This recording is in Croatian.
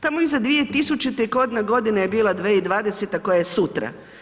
Tamo iz 2000. kodna godina je bila 2020. koja je sutra.